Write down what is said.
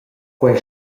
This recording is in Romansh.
quei